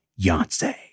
Yonsei